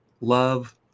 love